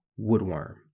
Woodworm